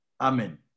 amen